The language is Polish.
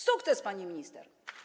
Sukces, pani minister.